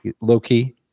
low-key